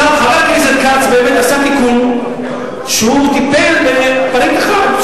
חבר הכנסת כץ באמת עשה תיקון והוא טיפל בפריט אחד,